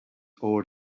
ore